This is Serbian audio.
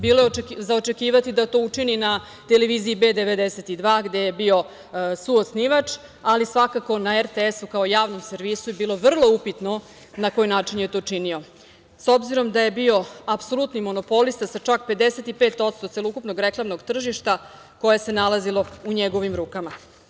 Bilo je za očekivati da to učini na TV B92, gde je bio suosnivač, ali svakako na RTS-u kao javnom servisu je bilo vrlo upitno na koji način je to učinio, s obzirom da je bio apsolutni monopolista, sa čak 55% celoukupnog reklamnog tržišta koje se nalazilo u njegovim rukama.